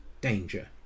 danger